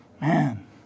Man